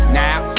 now